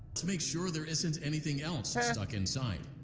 to make sure there isn't anything else stuck inside.